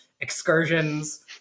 excursions